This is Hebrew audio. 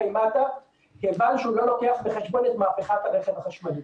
משרד האנרגיה לא לוקח בחשבון את מהפכת המסר החשמלי.